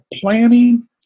planning –